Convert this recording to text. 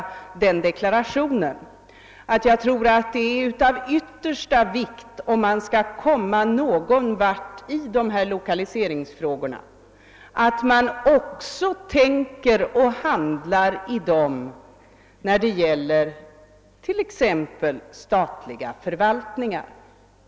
Om man skall komma någon vart på detta område tror jag det är av yttersta vikt att man tänker och handlar ur lokaliseringspolitiska aspekter också beträffande statliga förvaltningar.